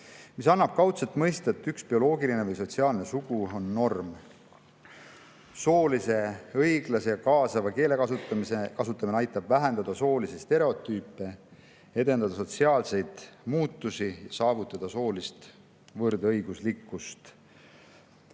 mis annab kaudselt mõista, et üks bioloogiline või sotsiaalne sugu on norm. Soo[neutraalse], õiglase ja kaasava keele kasutamine aitab vähendada soolisi stereotüüpe, edendada sotsiaalseid muutusi ja saavutada soolist võrdõiguslikkust.